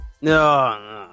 no